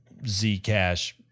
Zcash